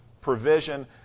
provision